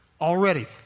Already